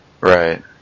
Right